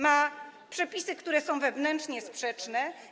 Ma przepisy, które są wewnętrznie sprzeczne.